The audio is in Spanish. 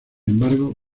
embargo